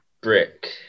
Brick